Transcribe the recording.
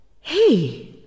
Hey